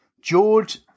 George